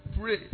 Pray